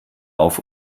auf